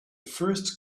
first